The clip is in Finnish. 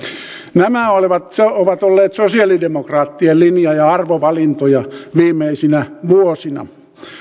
nämä ovat olleet sosialidemokraattien linja ja arvovalintoja viimeisinä vuosina